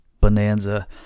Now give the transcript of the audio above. Bonanza